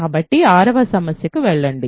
కాబట్టి 6వ సమస్యకు వెళ్లండి